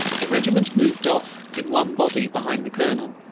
the regiment moved off in one body behind the colonel,